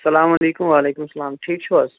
سَلام علیکُم وعلیکُم سَلام ٹھیٖک چھِو حظ